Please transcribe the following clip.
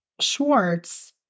Schwartz